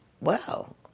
wow